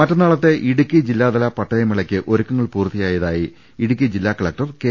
മറ്റന്നാളത്തെ ഇടുക്കി ജില്ലാതല പട്ടയമേളയ്ക്ക് ഒരുക്കങ്ങൾ പൂർത്തിയായതായി ഇടുക്കി ജില്ലാ കലക്ടർ കെ